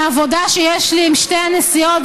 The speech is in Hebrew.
מהעבודה שיש לי עם שתי הנשיאות,